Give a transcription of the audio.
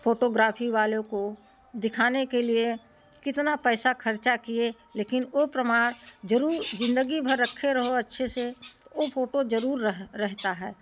photography वालों को दिखाने के लिए कितना पैसा खर्चा किए लेकिन ओ प्रमाण ज़रूर ज़िन्दगी भर रखे रहो अच्छे से ओ फ़ोटो ज़रूर रह रहता है